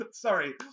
Sorry